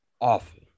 awful